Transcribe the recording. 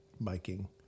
biking